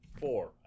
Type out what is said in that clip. four